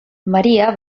maria